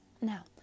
Now